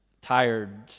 tired